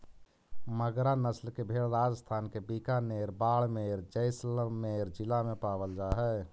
मगरा नस्ल के भेंड़ राजस्थान के बीकानेर, बाड़मेर, जैसलमेर जिला में पावल जा हइ